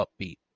upbeat